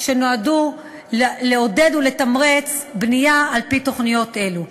שנועדו לעודד ולתמרץ בנייה על-פי תוכניות אלה.